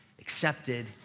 accepted